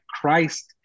Christ